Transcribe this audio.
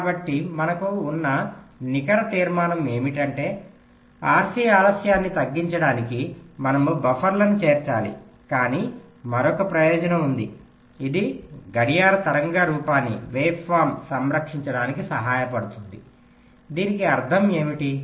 కాబట్టి మనకు ఉన్న నికర తీర్మానం ఏమిటంటే RC ఆలస్యాన్ని తగ్గించడానికి మనము బఫర్లను చేర్చాలి కానీ మరొక ప్రయోజనం ఉంది ఇది గడియార తరంగ రూపాన్ని సంరక్షించడానికి సహాయపడుతుంది దీనికి అర్ధం ఏమిటి